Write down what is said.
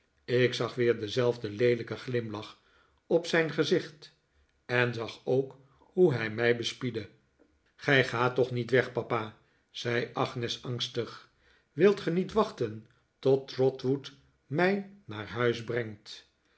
ik zag weer denzelfden leelijken glimlach op zijn gezicht en zag ook hoe hij mij bespiedde gij gaat toch niet weg papa zei agnes angstig wilt ge niet wachten tot trotwood mij naar huis brengt